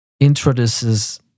introduces